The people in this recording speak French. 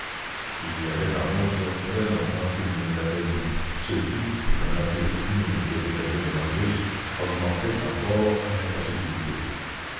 il y avait en outre très longtemps qu'il ne l'avait vu ce qui pour la nature timide et réservée de marius augmentait encore l'impossibilité